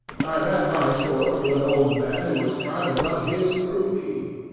i ran my sword through an old man who was trying to run his through me.